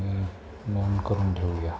नोंद करून ठेऊया